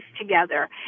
together